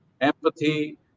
Empathy